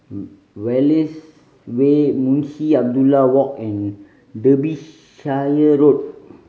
Wallace Way Munshi Abdullah Walk and Road